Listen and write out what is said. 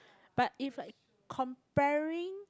but if like comparing